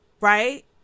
right